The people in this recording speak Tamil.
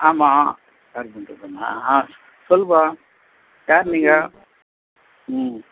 ஆமாம் கார்பெண்டர் தானா ஆ சொல்லுபா யார் நீங்கள் ம்